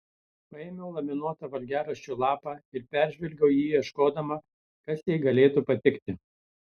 paėmiau laminuotą valgiaraščio lapą ir peržvelgiau jį ieškodama kas jai galėtų patikti